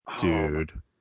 Dude